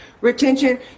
retention